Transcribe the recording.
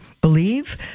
believe